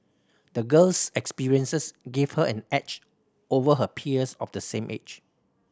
the girl's experiences gave her an edge over her peers of the same age